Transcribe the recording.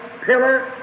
pillar